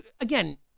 again